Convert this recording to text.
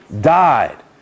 died